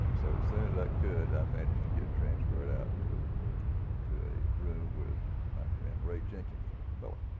and so as soon as i could, i managed to get transferred out to to a room with my friend ray jenkins from camilla.